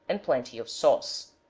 and plenty of sauce.